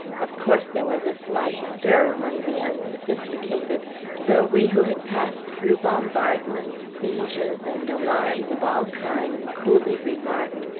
of course, there was a slight stir among the unsophisticated though we, who had passed through bombardments, sieges, and alarms of all kinds, coolly remarked,